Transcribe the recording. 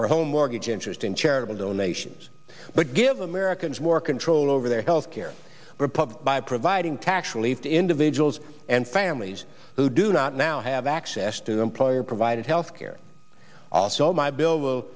for home mortgage interest and charitable donations but give americans more control over their health care repub by providing tax relief to individuals and families who do not now have access to the employer provided health care also my bill will